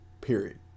period